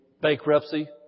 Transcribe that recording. bankruptcy